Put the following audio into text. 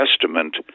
Testament